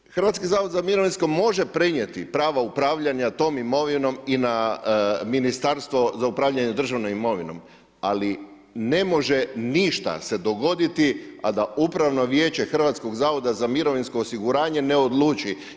Dakle, Hrvatski zavod za mirovinsko može prenijeti prava upravljanja tom imovinom i na Ministarstvo za upravljanje državnom imovinom, ali ne može ništa se dogoditi a da Upravno vijeće Hrvatskog zavoda za mirovinsko osiguranje ne odluči.